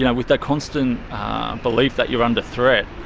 yeah with that constant belief that you're under threat,